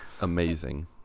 amazing